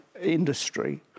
industry